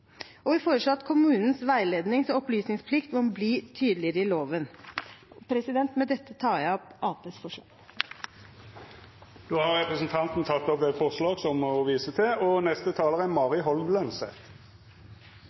Og vi foreslår at kommunens veilednings- og opplysningsplikt må bli tydeligere i loven. Med dette tar jeg opp de forslagene Arbeiderpartiet er med på. Då har representanten Siri Gåsemyr Staalesen teke opp dei forslaga ho refererte til. For Høyre er